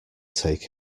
take